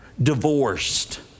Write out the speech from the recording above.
Divorced